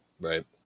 Right